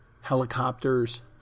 helicopters